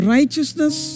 Righteousness